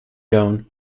gown